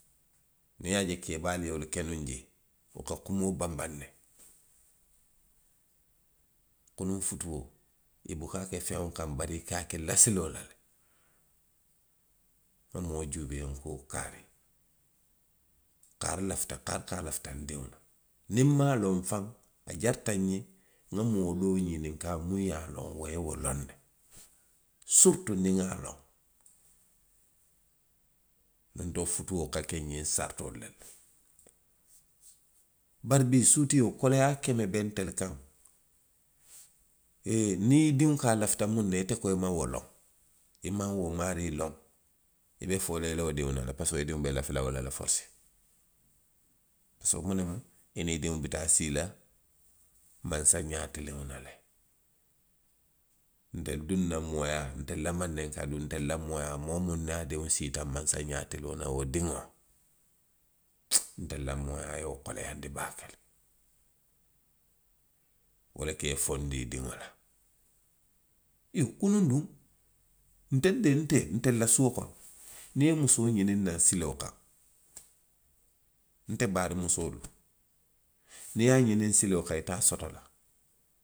Niŋ i ye a je keebaalu ye wolu ke nuŋ jee, wo ka kumoo banbaŋ ne; kunuŋ futuo. i buka ke feŋo k. bari i ka a ke lasiloo la le. I ka moo jiibee n ko kaarii, kaarii lafita, kaarii kaarii ko lafita ndiŋo la. Niŋ nmaŋ loŋ faŋ. a jarita nňe. nŋa moo doo ňininkaa muŋ ye a loŋ wo ye wo loŋ ne. Siritu niŋ nŋa a loŋ. Nuŋ to futuo ka ke ňiŋ saritoolu le la. Bari bii suutio, koleyaa keme be ntelu kaŋ. ee niŋ i diŋo ko a lafita muŋ na, ate ko i maŋ wo loŋ. i maŋ wo maarii loŋ. i be foo la i la wo diŋo la le parisiko i diŋo be lafi la wo la le forisee. parisiko muŋ ne mu, i niŋ diŋo bi taa sii la mansa ňaa tiliŋo la le. Ntelu duŋ na mooyaa, ntelu la mandinkaduu, ntelu la mooyaa, moo miw niŋ a diŋo siita mansa ňaa tiliŋo la, wo diŋo, ntelu la mooyaa ye wo koleyaandi baake le. Wo le ka i foondi i diŋo la. Iyoo kunuŋ duŋ. ntelu de, nte, telu la suo kono, niŋ i ye musoo ňiniŋ naŋ siloo kaŋ. nte baariŋ musoolu, niŋ i ye a ňiniŋ siloo kaŋ. ite a soto la.